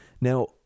Now